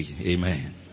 amen